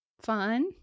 Fun